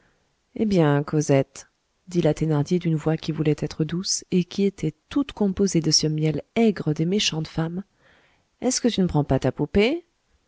eh bien cosette dit la thénardier d'une voix qui voulait être douce et qui était toute composée de ce miel aigre des méchantes femmes est-ce que tu ne prends pas ta poupée